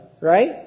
right